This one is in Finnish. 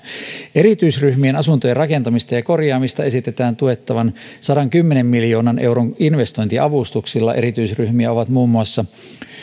erityisryhmien asuntojen rakentamista ja ja korjaamista esitetään tuettavan sadankymmenen miljoonan euron investointiavustuksilla erityisryhmiä ovat muun muassa